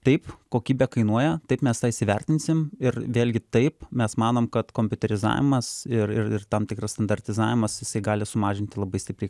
taip kokybė kainuoja taip mes tą įvertinsim ir vėlgi taip mes manom kad kompiuterizavimas ir ir tam tikras standartizavimas jisai gali sumažinti labai stipriai